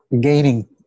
gaining